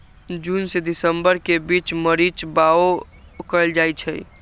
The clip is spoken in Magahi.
जून से दिसंबर के बीच मरीच बाओ कएल जाइछइ